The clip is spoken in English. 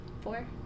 Four